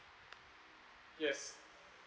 yes